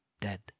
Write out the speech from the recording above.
Dead